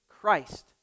Christ